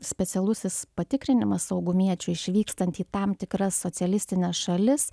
specialusis patikrinimas saugumiečių išvykstant į tam tikras socialistines šalis